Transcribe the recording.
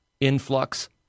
influx